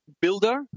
builder